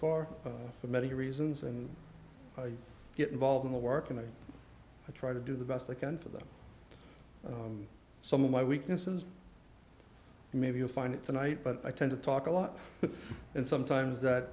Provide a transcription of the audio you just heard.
for for many reasons and get involved in the work and i try to do the best i can for them some of my weaknesses maybe you'll find it's a night but i tend to talk a lot and sometimes that